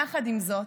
יחד עם זאת,